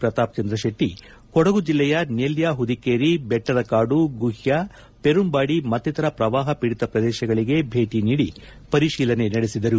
ಪ್ರತಾಪ್ ಚಂದ್ರ ಶೆಟ್ಟಿ ಕೊಡಗು ಜಿಲ್ಲೆಯ ನೆಲ್ಕ ಹುದಿಕೇರಿ ಬೆಟ್ಟದ ಕಾಡು ಗುಷ್ಕ ಪೆರುಂಬಾಡಿ ಮತ್ತಿತರ ಪ್ರವಾಪ ಪೀಡಿತ ಪ್ರದೇಶಗಳಿಗೆ ಭೇಟಿ ನೀಡಿ ಪರಿತೀಲನೆ ನಡೆಸಿದರು